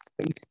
Space